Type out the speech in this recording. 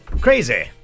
Crazy